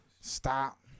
Stop